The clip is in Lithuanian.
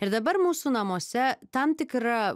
ir dabar mūsų namuose tam tikra